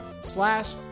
slash